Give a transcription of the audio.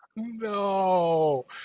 No